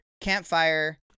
Campfire